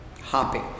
hopping